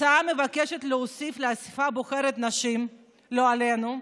ההצעה מבקשת להוסיף לאספה הבוחרת נשים, לא עלינו,